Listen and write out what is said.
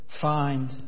Find